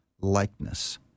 likeness